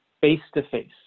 Face-to-face